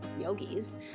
yogis